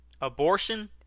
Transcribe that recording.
Abortion